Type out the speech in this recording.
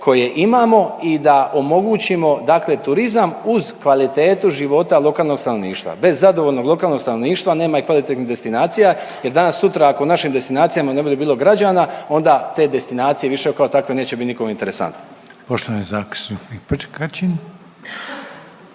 koje imamo i da omogućimo dakle turizam uz kvalitetu života lokalnog stanovništva. Bez zadovoljnog lokalnog stanovništva nema i kvalitetnih destinacija, jer danas sutra ako na našim destinacijama ne bude bilo građana onda te destinacije više kao takve neće biti nikome interesantne. **Reiner, Željko